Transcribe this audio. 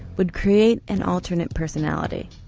would create an alternate personality,